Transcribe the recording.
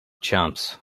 chumps